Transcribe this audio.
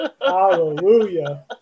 Hallelujah